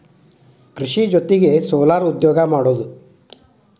ಕೃಷಿ ಜೊತಿಗೆ ಸೊಲಾರ್ ಉದ್ಯೋಗಾ ಮಾಡುದು